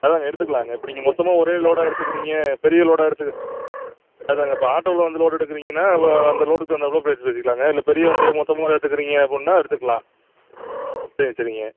அதாங்க எடுத்துக்கலாங்க இப்போ நீங்கள் மொத்தமாக ஒரே லோடாக எடுத்துக்குறீங்க பெரிய லோடாக எடுத்து அதாங்க அப்போ ஆட்டோவில் வந்து லோடு எடுக்கிறீங்கன்னா வ அந்த லோடுக்கு தகுந்தாப்போல பேச்சுப் பேசிக்கலாங்க இல்லைப் பெரிய வண்டியாக மொத்தமாக எடுத்துக்குறீங்க அப்பிட்னா எடுத்துக்கலாம் சரி சரிங்க